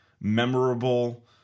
memorable